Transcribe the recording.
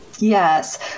Yes